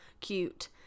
cute